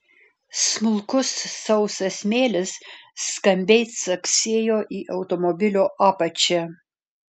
smulkus sausas smėlis skambiai caksėjo į automobilio apačią